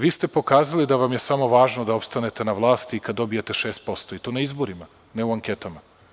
Vi ste pokazali da vam je samo važno da opstanete na vlasti i kada dobijete 6%, i to na izborima, ne u anketama.